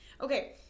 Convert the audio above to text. okay